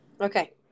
Okay